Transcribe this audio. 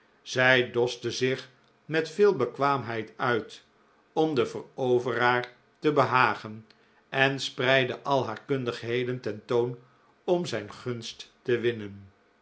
zij doste zich met veel bekwaamheid uit om den veroveraar te behagen en spreidde al haar kundigheden ten toon om zijn gunst te winnen